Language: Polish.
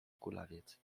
kulawiec